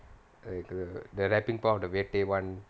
uh the the rapping part of the weekday [one]